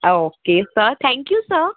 okay sir thank you sir